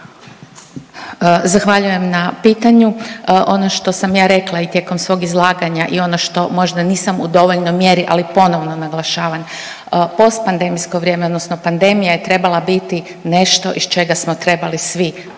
Zahvaljujem na pitanju. Ono što sam ja rekla i tijekom svog izlaganja i ono što možda nisam u dovoljnoj mjeri, ali ponovno naglašavam post pandemijsko vrijeme, odnosno pandemija je trebala biti nešto iz čega smo trebali svi